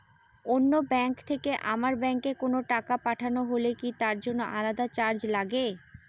অন্য ব্যাংক থেকে আমার ব্যাংকে কোনো টাকা পাঠানো হলে কি তার জন্য আলাদা চার্জ লাগে?